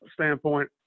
standpoint